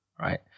right